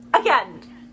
Again